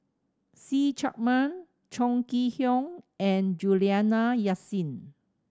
See Chak Mun Chong Kee Hiong and Juliana Yasin